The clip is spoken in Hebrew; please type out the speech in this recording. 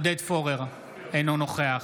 אינו נוכח